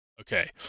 Okay